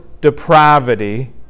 depravity